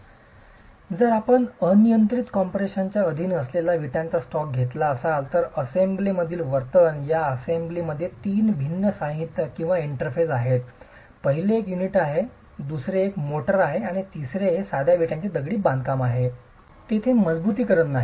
म्हणून जर आपण अनियंत्रित कॉम्प्रेशनच्या अधीन असलेल्या विटांचा स्टॅक घेतला तर असेंब्लीमधील वर्तन या असेंब्लीमध्ये तीन भिन्न साहित्य किंवा इंटरफेस आहेत पहिले एक युनिट आहे दुसरे एक मोर्टार आहे आणि तिसरे हे साध्या वीटांचे दगडी बांधकाम आहे तेथे मजबुतीकरण नाही